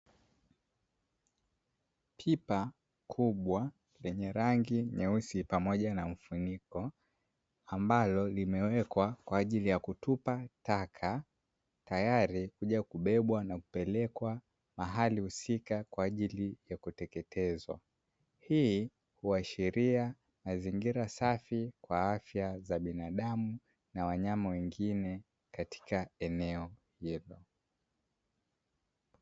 Pipa kubwa lenye rangi nyeusi pamoja na mfuniko, ambalo limewekwa kwa ajili ya kutupa taka tayari kuja kubebwa na kupelekwa mahali husika kwa ajili ya kuteketezwa hii huashiria mazingira safi kwa afya za binadamu na wanyama wengine katika eneo hilo.